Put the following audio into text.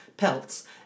pelts